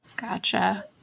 Gotcha